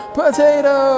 potato